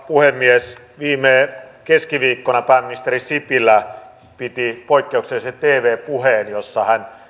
puhemies viime keskiviikkona pääministeri sipilä piti poikkeuksellisen tv puheen jossa hän